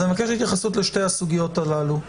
אז אני מבקש התייחסות לשתי הסוגיות הללו,